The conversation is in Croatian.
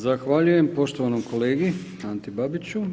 Zahvaljujem poštovanom kolegi Anti Babiću.